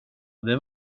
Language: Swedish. det